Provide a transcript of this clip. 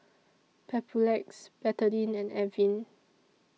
Papulex Betadine and Avene